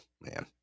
man